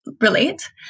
relate